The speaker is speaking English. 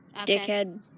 Dickhead